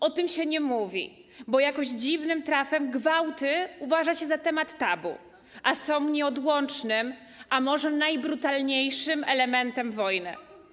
O tym się nie mówi, bo jakoś dziwnym trafem gwałty uważa się za temat tabu, a są nieodłącznym, a może najbrutalniejszym elementem wojny.